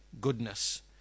goodness